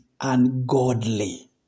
ungodly